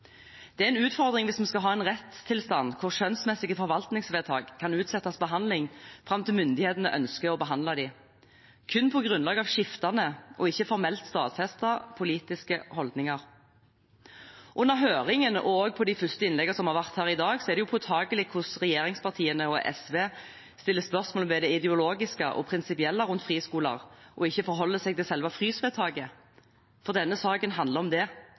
Det er en utfordring hvis vi skal ha en rettstilstand hvor skjønnsmessige forvaltningsvedtak kan utsette behandling fram til myndighetene ønsker å behandle dem, kun på grunnlag av skiftende og ikke formelt stadfestete politiske holdninger. Under høringen og på de første innleggene som har vært her i dag, er det påtakelig å høre hvordan regjeringspartiene og SV stiller spørsmål ved det ideologiske og prinsipielle rundt friskoler og ikke forholder seg til selve frysvedtaket. Denne saken handler om det.